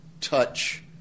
touch